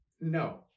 No